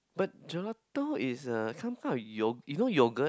but gelato is a some kind of a yog~ you know yoghurt